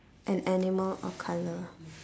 an animal or color